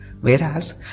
Whereas